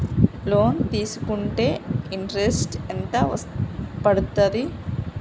Loan తీస్కుంటే interest ఎంత పడ్తది?